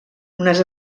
unes